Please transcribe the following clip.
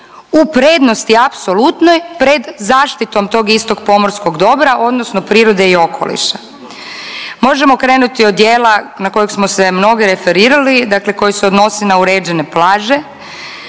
u prednosti apsolutnoj pred zaštitom tog istog pomorskog dobra odnosno prirode i okoliša. Možemo krenuti od djela na kojeg smo se mnogi referirali, dakle koji se odnosi na uređene plaže